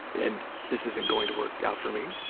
and this isn't going to work out for me.